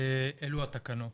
אלו התקנות.